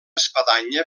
espadanya